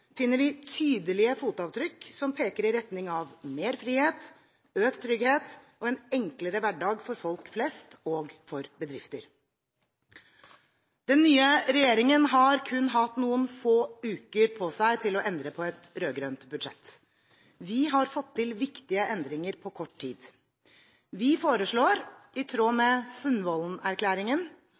finner vi tydelige fotavtrykk som peker i retning av mer frihet, økt trygghet og en enklere hverdag for folk flest og for bedrifter. Den nye regjeringen har kun hatt noen få uker på seg til å endre på et rød-grønt budsjett. Vi har fått til viktige endringer på kort tid. Vi foreslår – i tråd med